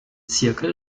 zirkel